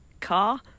Car